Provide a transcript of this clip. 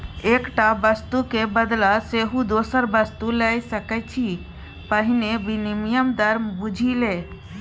एकटा वस्तुक क बदला सेहो दोसर वस्तु लए सकैत छी पहिने विनिमय दर बुझि ले